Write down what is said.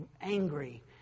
angry